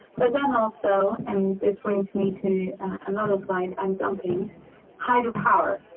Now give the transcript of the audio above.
but then, also and this brings me to another slide i'm jumping hydropower.